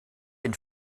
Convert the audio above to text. den